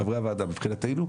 חברי הוועדה מבחירתנו,